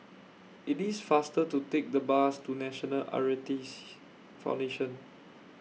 IT IS faster to Take The Bus to National Foundation